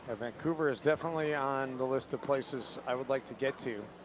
ah vancouver is definitely on the list of places i would like to get to.